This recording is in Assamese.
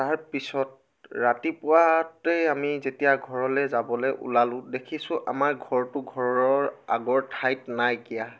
তাৰপিছত ৰাতিপুৱাতেই যেতিয়া আমি ঘৰলৈ যাবলৈ ওলালোঁ দেখিছোঁ আমাৰ ঘৰটো ঘৰৰ আগৰ ঠাইত নাইকিয়া